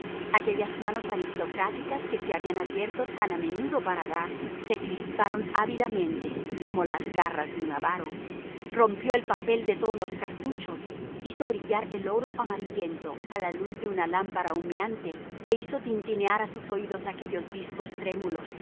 aquellas manos aristocráticas que se habían abierto tan a menudo para dar se crisparon ávidamente como las garras de un avaro rompió el papel de todos los cartuchos hizo brillar el oro amarillento a la luz de una lámpara humeante e hizo tintinear a sus oídos aquellos discos trémulos